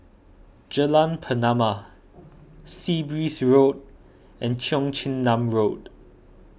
Jalan Pernama Sea Breeze Road and Cheong Chin Nam Road